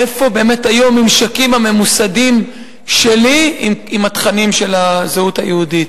איפה באמת היו הממשקים הממוסדים שלי עם התכנים של הזהות היהודית.